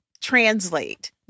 translate